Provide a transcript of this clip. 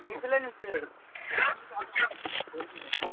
influential